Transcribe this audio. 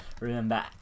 remember